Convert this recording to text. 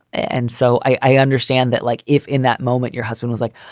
and so i understand that, like, if in that moment your husband was like,